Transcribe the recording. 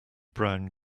brown